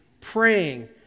praying